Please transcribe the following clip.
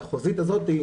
החוזית הזאת,